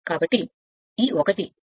కాబట్టి ఈ ఒకటి ఇది